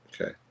Okay